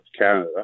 Canada